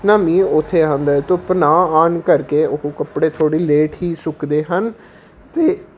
ਨਾ ਮੀਂਹ ਉੱਥੇ ਆਉਂਦਾ ਹੈ ਧੁੱਪ ਨਾ ਆਉਣ ਕਰਕੇ ਉਹ ਕੱਪੜੇ ਥੋੜ੍ਹੀ ਲੇਟ ਹੀ ਸੁੱਕਦੇ ਹਨ ਅਤੇ